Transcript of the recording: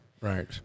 right